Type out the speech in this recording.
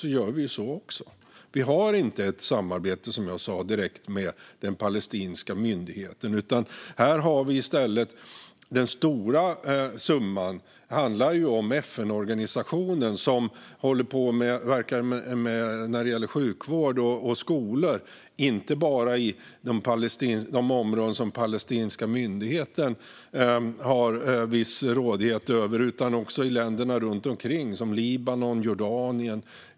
Som jag sa har vi inte ett samarbete direkt med den palestinska myndigheten. Den stora summan handlar om den FN-organisation som verkar när det gäller sjukvård och skolor, inte bara i de områden som den palestinska myndigheten har viss rådighet över utan också i länderna runt omkring, som Libanon och Jordanien.